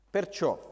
Perciò